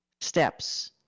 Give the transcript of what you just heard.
steps